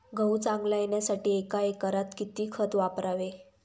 गहू चांगला येण्यासाठी एका एकरात किती खत वापरावे?